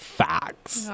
facts